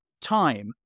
time